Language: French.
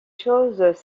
choses